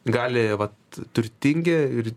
gali vat turtingi ir